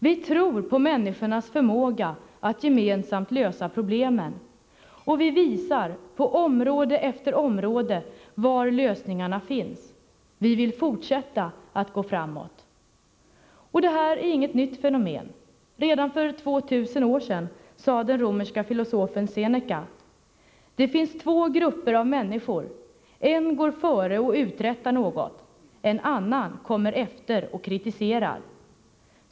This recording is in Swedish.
Vi tror på människornas förmåga att gemensamt lösa problemen. Och vi visar, på område efter område, var lösningarna finns. Vi vill fortsätta att gå framåt. Det här är inget nytt fenomen. Redan för 2 000 år sedan sade den romerske filosofen Seneca: Det finns två grupper av människor. En går före och uträttar något. En annan kommer efter och kritiserar.